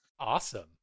awesome